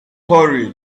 hurry